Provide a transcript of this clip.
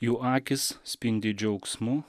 jų akys spindi džiaugsmu